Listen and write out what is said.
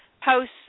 posts